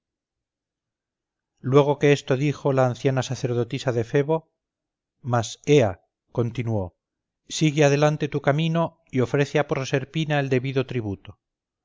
luego que esto dijo la anciana sacerdotisa de febo más ea continuó sigue adelante tu camino y ofrece a proserpina el debido tributo